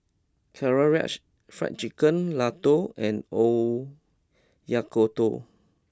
Karaage Fried Chicken Ladoo and Oyakodon